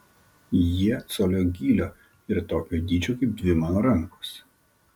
jie colio gylio ir tokio dydžio kaip dvi mano rankos